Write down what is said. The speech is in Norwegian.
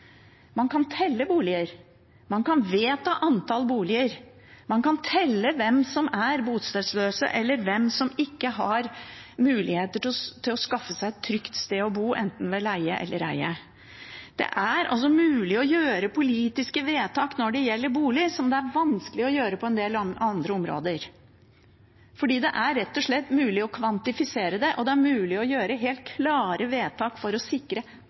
Man kan telle boliger, man kan vedta antall boliger, man kan telle dem som er bostedsløse, eller dem som ikke har mulighet til å skaffe seg et trygt sted å bo, enten ved å leie eller å eie. Det er altså mulig å gjøre politiske vedtak når det gjelder bolig, som det er vanskelig å gjøre på en del andre områder, fordi det rett og slett er mulig å kvantifisere det. Det er mulig å gjøre helt klare vedtak for å sikre